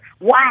Wow